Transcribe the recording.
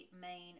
main